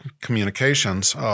Communications